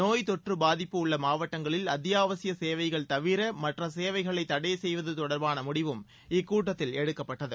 நோய் தொற்று பாதிப்பு உள்ள மாவட்டங்களில் அத்தியாவசிய சேவைகள் தவிர மற்ற சேவைகளை தடை செய்வது தொடர்பான முடிவும் இக்கூட்டத்தில் எடுக்கப்பட்டது